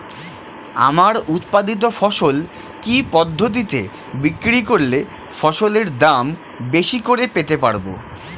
আমার উৎপাদিত ফসল কি পদ্ধতিতে বিক্রি করলে ফসলের দাম বেশি করে পেতে পারবো?